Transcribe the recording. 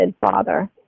father